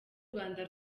urwanda